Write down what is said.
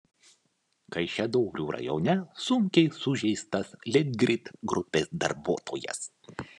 kaišiadorių rajone sunkiai sužeistas litgrid grupės darbuotojas